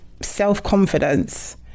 self-confidence